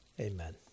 Amen